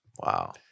Wow